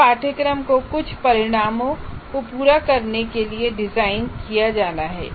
इस पाठ्यक्रम को कुछ परिणामों को पूरा करने के लिए डिज़ाइन किया जाना है